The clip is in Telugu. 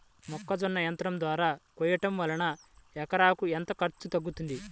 మొక్కజొన్న యంత్రం ద్వారా కోయటం వలన ఎకరాకు ఎంత ఖర్చు తగ్గుతుంది?